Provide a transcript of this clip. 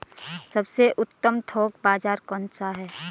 सबसे उत्तम थोक बाज़ार कौन सा है?